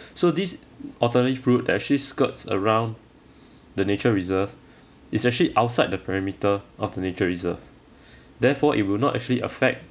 so this alternative route that actually skirts around the nature reserve it's actually outside the perimeter of the nature reserve therefore it will not actually affect